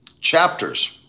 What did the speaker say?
chapters